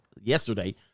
yesterday